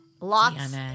Lots